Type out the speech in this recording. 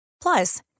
Plus